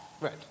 right